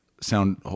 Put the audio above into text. sound